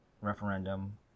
referendum